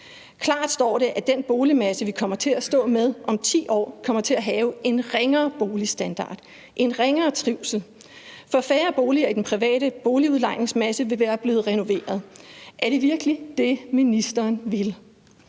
Klart står det, at den boligmasse, vi kommer til at stå med om 10 år, vil have en ringere boligstandard, en ringere trivsel, fordi færre boliger i den private boligudlejningsmasse vil være blevet renoveret. Er det virkelig det, ministeren vil?